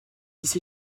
ici